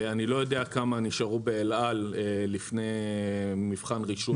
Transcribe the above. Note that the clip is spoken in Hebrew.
אני לא יודע כמה נשארו באל-על לפני מבחן רישוי.